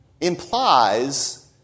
implies